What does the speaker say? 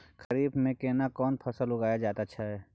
खरीफ में केना कोन फसल उगायल जायत छै?